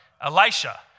Elisha